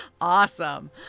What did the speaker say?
Awesome